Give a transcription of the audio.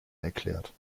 erklärt